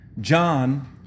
John